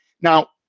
Now